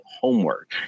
homework